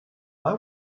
why